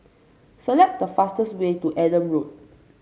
select the fastest way to Adam Road